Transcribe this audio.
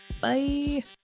Bye